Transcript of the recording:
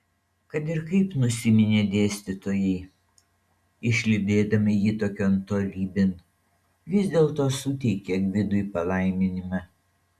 kad ir kaip nusiminė dėstytojai išlydėdami jį tokion tolybėn vis dėlto suteikė gvidui palaiminimą